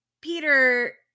Peter